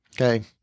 Okay